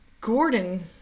Gordon